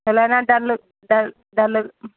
ఎలా అయినా dull dull dull